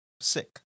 sick